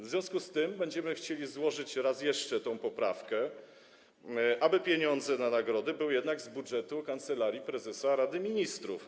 W związku z tym będziemy chcieli raz jeszcze złożyć tę poprawkę, aby pieniądze na nagrody były jednak z budżetu Kancelarii Prezesa Rady Ministrów.